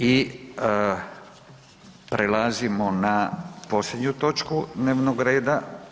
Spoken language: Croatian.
I prelazimo na posljednju točku dnevnog reda.